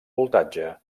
voltatge